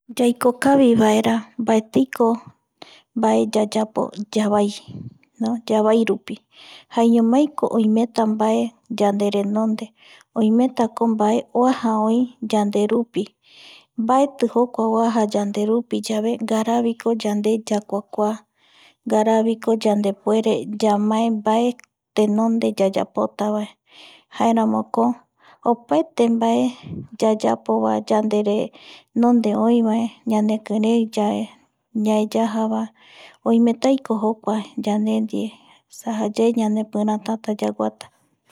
Yaiko kavivaera mbaetiko mbae yayapo yavai yavaino yavairupi jaeñomaiko oimeta mbae yanderenonde, oiemtako mbae oaja oi yanderupi, mbaeti jokua oaja yanderupi yave ngaraaviko yande yakuakua ngaraaviko yandepuere yamae mbae tenonde yayapotavae jaeramoko opaete mbae yayapova yanderenonde oïvae ñanekirei yae, ñae yaja vae oimetaiko jokua yande ndie, esa jayae ñanepiratata yaguata